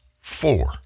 Four